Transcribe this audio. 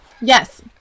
Yes